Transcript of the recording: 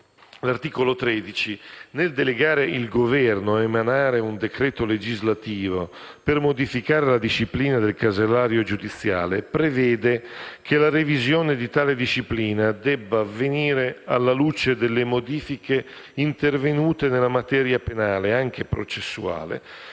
l'articolo 13, nel delegare il Governo a emanare un decreto legislativo per modificare la disciplina del casellario giudiziale, prevede che la revisione di tale disciplina debba avvenire alla luce delle modifiche intervenute nella materia penale, anche processuale,